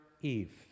Eve